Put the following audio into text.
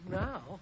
now